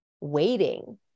waiting